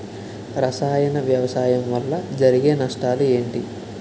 రసాయన వ్యవసాయం వల్ల జరిగే నష్టాలు ఏంటి?